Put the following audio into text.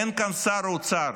אין כאן שר אוצר.